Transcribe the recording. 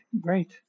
great